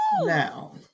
Now